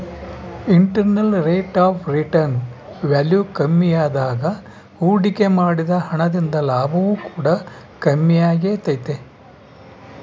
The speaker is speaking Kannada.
internal rate of return value ಕಮ್ಮಿಯಾದಾಗ ಹೂಡಿಕೆ ಮಾಡಿದ ಹಣ ದಿಂದ ಲಾಭವು ಕೂಡ ಕಮ್ಮಿಯಾಗೆ ತೈತೆ